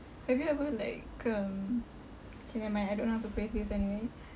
have you ever like um K never mind I don't know how to phrase this anyway